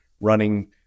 running